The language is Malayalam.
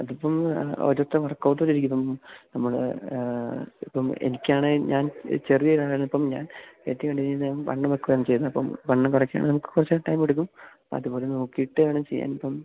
അതിപ്പം ഒരോരുത്തരുടെ വർക്കൗട്ട് പോലിരിക്കും ഇപ്പം നമ്മൾ ഇപ്പം എനിക്കാണേൽ ഞാൻ ചെറിയൊരു ആളാണേലിപ്പം ഞാൻ ഏറ്റവും കണ്ടിരിക്കുന്നത് വണ്ണം വെക്കുവാണ് ചെയ്യുന്നത് അപ്പം വണ്ണം കുറയ്ക്കുകയാണേൽ നമുക്ക് കുറച്ചൂടെ ടൈമെടുക്കും അത്പോലെ നോക്കിയിട്ട് വേണം ചെയ്യാനിപ്പം